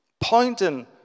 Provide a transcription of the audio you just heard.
pointing